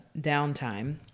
downtime